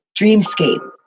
dreamscape